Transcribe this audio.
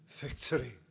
victory